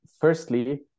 firstly